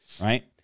right